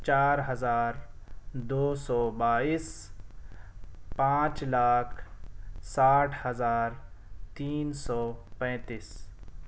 چار ہزار دو سو بائیس پانچ لاکھ ساٹھ ہزار تین سو پینتیس